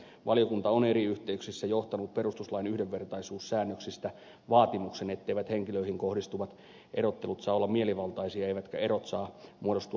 valiokunta on eri yhteyksissä johtanut perustuslain yhdenvertaisuussäännöksistä vaatimuksen etteivät henkilöihin kohdistuvat erottelut saa olla mielivaltaisia eivätkä erot saa muodostua kohtuuttomiksi